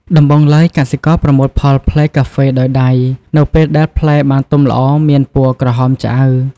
ដំបូងឡើយ កសិករប្រមូលផលផ្លែកាហ្វេដោយដៃ នៅពេលដែលផ្លែបានទុំល្អមានពណ៌ក្រហមឆ្អៅ។